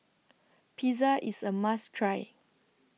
Pizza IS A must Try